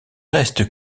reste